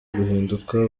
guhinduka